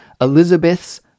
Elizabeth's